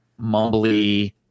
mumbly